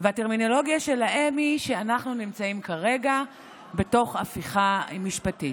הטרמינולוגיה שלהם היא שאנחנו נמצאים כרגע בתוך הפיכה משפטית.